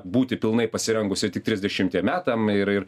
būti pilnai pasirengusi ir tik trisdešimtiem metam ir ir